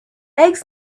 eggs